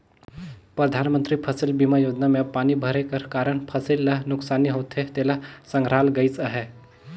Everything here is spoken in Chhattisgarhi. परधानमंतरी फसिल बीमा योजना में अब पानी भरे कर कारन फसिल ल नोसकानी होथे तेला संघराल गइस अहे